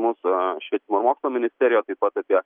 mūsų švietimo ir mokslo ministeriją taip pat apie